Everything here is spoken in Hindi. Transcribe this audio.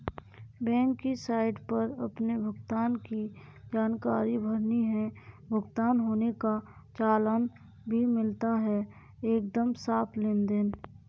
बैंक की साइट पर अपने भुगतान की जानकारी भरनी है, भुगतान होने का चालान भी मिलता है एकदम साफ़ लेनदेन